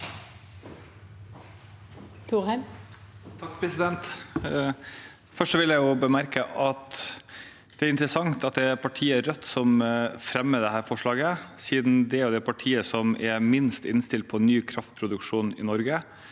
Thorheim (H) Først vil jeg bemerke at det er interessant at det er partiet Rødt som fremmer dette forslaget, siden det er det partiet som er minst innstilt på ny kraftproduksjon i Norge.